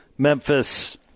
Memphis